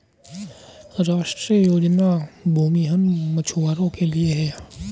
राष्ट्रीय योजना भूमिहीन मछुवारो के लिए है